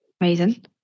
amazing